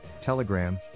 Telegram